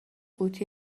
قوطی